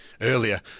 earlier